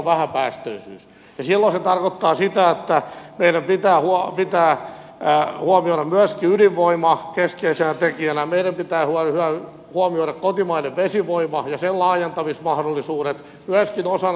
silloin se tarkoittaa sitä että meidän pitää huomioida myöskin ydinvoima keskeisenä tekijänä meidän pitää huomioida kotimainen vesivoima ja sen laajentamismahdollisuudet myöskin osana